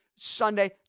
Sunday